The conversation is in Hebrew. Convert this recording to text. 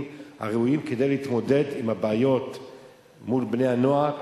הראויים כדי להתמודד עם הבעיות מול בני-הנוער,